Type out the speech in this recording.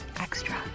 extra